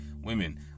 women